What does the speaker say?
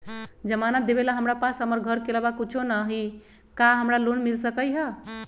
जमानत देवेला हमरा पास हमर घर के अलावा कुछो न ही का हमरा लोन मिल सकई ह?